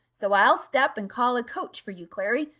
so i'll step and call a coach for you, clary,